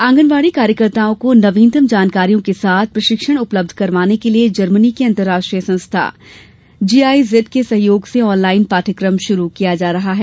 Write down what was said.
आँगनवाड़ी कार्यकर्ताओं को नवीनतम जानकारियों के साथ प्रशिक्षण उपलब्य करवाने के लिये जर्मनी की अंतर्राष्ट्रीय संस्था जीआईजेड़ के सहयोग से ऑनलाइन पाठ्यक्रम शुरु किया जा रहा है